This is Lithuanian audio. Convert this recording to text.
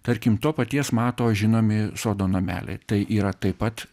tarkim to paties mato žinomi sodo nameliai tai yra taip pat